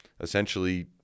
essentially